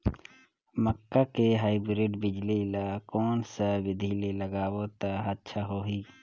मक्का के हाईब्रिड बिजली ल कोन सा बिधी ले लगाबो त अच्छा होहि?